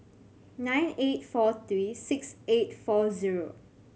nine eight four three six eight four zero